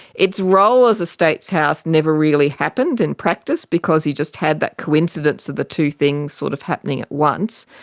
its role as a states' house never really happened in practice because you just had that coincidence of the two things sort of happening at once.